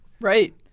Right